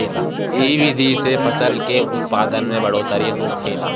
इ विधि से फसल के उत्पादन में बढ़ोतरी होखेला